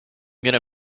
gonna